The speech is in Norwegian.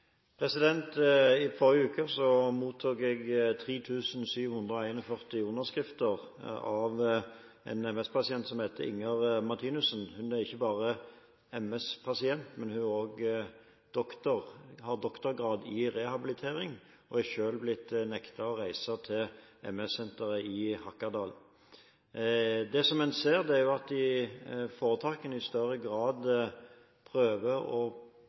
I forrige uke mottok jeg 3 741 underskrifter av en MS-pasient som heter Inger Martinussen. Hun er ikke bare MS-pasient, men hun har også doktorgrad i rehabilitering, og er selv blitt nektet å reise til MS-senteret i Hakadal. Det som en ser, er jo at foretakene i større grad prøver